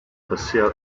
passer